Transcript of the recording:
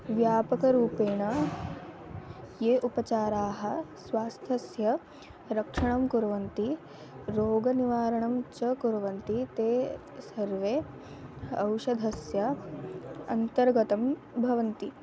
व्यापकरूपेण ये उपचाराः स्वास्थस्य रक्षणं कुर्वन्ति रोगनिवारणं च कुर्वन्ति ते सर्वे औषधस्य अन्तर्गतं भवन्ति